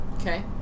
Okay